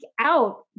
out